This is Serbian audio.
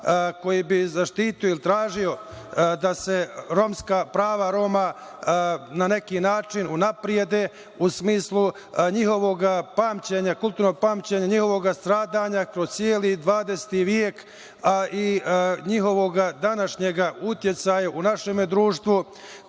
koji bi zaštitio ili tražio da se prava Roma na neki način unaprede u smislu njihovog kulturnog pamćenja, njihovog stradanja kroz celi XX vek, a i njihovog današnjega uticaja u našem društvu